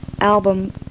album